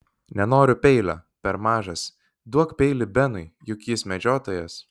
nenoriu peilio per mažas duok peilį benui juk jis medžiotojas